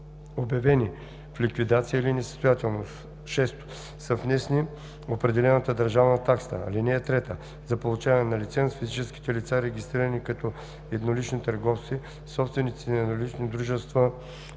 /обявени в ликвидация или несъстоятелност/; 6. са внесли определената държавна такса. (3) За получаване на лиценз физическите лица, регистрирани като еднолични търговци, собствениците на еднолични дружества